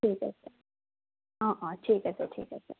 ঠিক আছে অঁ অঁ ঠিক আছে ঠিক আছে